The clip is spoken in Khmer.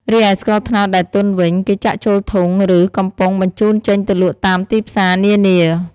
រីឯស្ករត្នោតដែលទន់វិញ គេចាក់ចូលធុង ឬ កំប៉ុងបញ្ចូនចេញទៅលក់តាមទីផ្សារនានា។